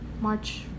March